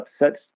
upsets